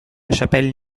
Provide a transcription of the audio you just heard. chapelle